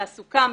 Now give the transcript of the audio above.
תעסוקה,